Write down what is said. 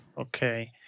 Okay